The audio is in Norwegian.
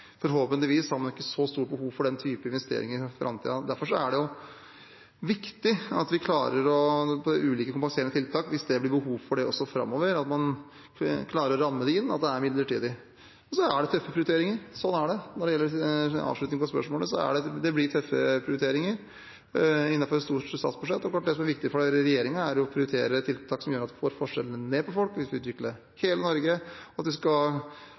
Forhåpentligvis har man ikke så stort behov for den typen investeringer i framtiden. Derfor er det viktig at vi med ulike kompenserende tiltak, hvis det blir behov for det også framover, klarer å ramme det inn, at det er midlertidig. Og det er tøffe prioriteringer, sånn er det – når det gjelder avslutningen på spørsmålet – det blir tøffe prioriteringer innenfor et stort statsbudsjett. Det som er viktig for regjeringen er å prioritere tiltak som gjør at vi får forskjellene mellom folk ned, at vi får utviklet hele Norge, og at vi skal